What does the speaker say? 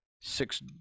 six